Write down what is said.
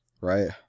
right